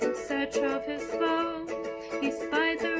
and search of his foe he spied so